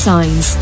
Signs